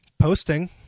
Posting